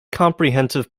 comprehensive